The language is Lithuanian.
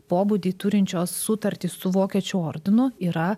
pobūdį turinčios sutartys su vokiečių ordinu yra